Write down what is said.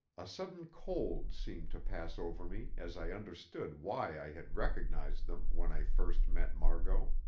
a sudden cold seemed to pass over me as i understood why i had recognised them when i first met margot.